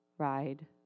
ride